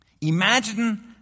imagine